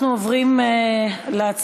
אנחנו עוברים להצבעה